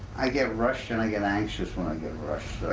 i get rushed and i get anxious when i get rushed.